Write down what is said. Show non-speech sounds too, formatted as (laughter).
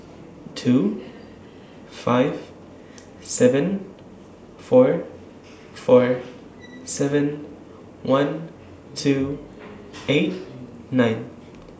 two five seven four four seven one two (noise) eight nine